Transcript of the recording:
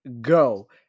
go